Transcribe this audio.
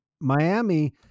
Miami